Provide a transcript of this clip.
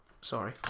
Sorry